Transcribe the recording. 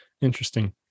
Interesting